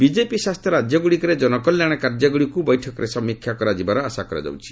BJP ଶାସିତ ରାଜ୍ୟଗୁଡ଼ିକରେ ଜନକଲ୍ୟାଣ କାର୍ଯ୍ୟଗୁଡ଼ିକୁ ବୈଠକରେ ସମୀକ୍ଷା କରାଯିବାର ଆଶା କରାଯାଉଛି